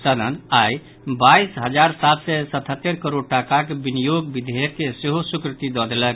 सदन आइ बाईस हजार सात सय सतहत्तरि करोड़ टाकाक विनियोग विधेयक के सेहो स्वीकृति दऽ देलक